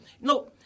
No